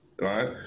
right